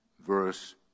verse